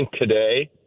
today